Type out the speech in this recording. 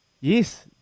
Yes